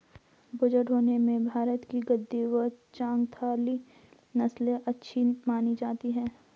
बोझा ढोने में भारत की गद्दी व चांगथागी नस्ले अच्छी मानी जाती हैं